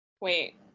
Wait